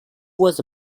was